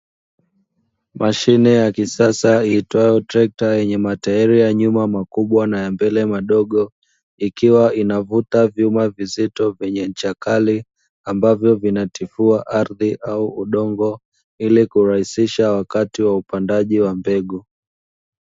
Mashine ya kisasa iitwayo trekta yenye matairi ya nyuma makubwa na ya mbele madogo ikiwa inavuta vyuma vizito vyenye ncha kali, ambavyo vinatifua ardhi au udongo ili kurahisisha wakati wa upandaji wa mbegu.